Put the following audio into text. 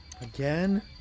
Again